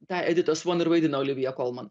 tą editą svon ir vaidino olivija kolman